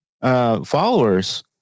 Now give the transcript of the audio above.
followers